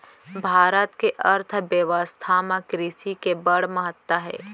भारत के अर्थबेवस्था म कृसि के बड़ महत्ता हे